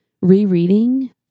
rereading